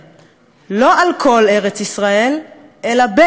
לא על כל ארץ-ישראל אלא בארץ-ישראל,